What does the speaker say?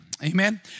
Amen